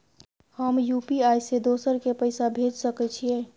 हम यु.पी.आई से दोसर के पैसा भेज सके छीयै?